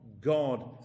God